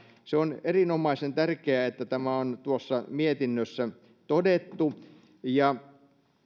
se on erinomaisen tärkeää että tämä on tuossa mietinnössä todettu ja